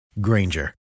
Granger